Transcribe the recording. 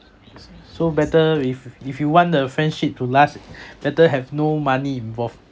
so better if if you want the friendship to last better have no money involved